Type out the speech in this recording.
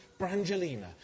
Brangelina